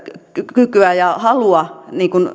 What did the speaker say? kykyä ja halua